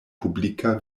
publika